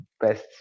best